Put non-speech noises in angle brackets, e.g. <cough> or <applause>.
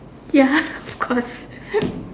ya of course <laughs>